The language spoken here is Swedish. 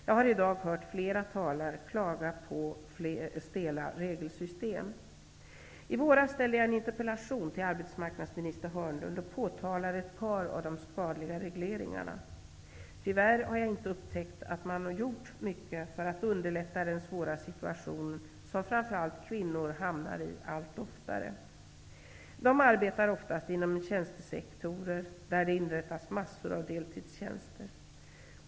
Jag har i dag hört flera talare klaga på stela regelsystem. I våras ställde jag en interpellation till arbetsmarknadsminister Börje Hörnlund och påtalade ett par av de skadliga regleringarna. Tyvärr har inget gjorts för att underlätta den svåra situation som framför allt kvinnor hamnar i allt oftare. De arbetar oftast inom tjänstesektorer där det inrättats massor av deltidstjänster.